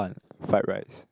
fried rice